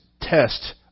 test